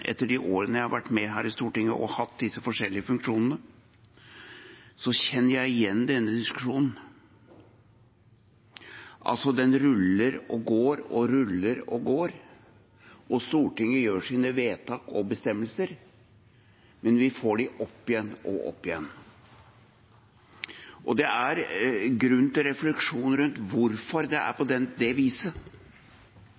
etter de årene jeg har vært med her i Stortinget og hatt disse forskjellige funksjonene, så kjenner jeg igjen denne diskusjonen. Den ruller og går og ruller og går. Stortinget gjør sine vedtak og bestemmelser, men vi får dem opp igjen og opp igjen. Det er grunn til refleksjon rundt hvorfor det er